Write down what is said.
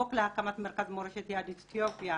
חוק להקמת מרכז מורשת יהדות אתיופיה